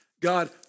God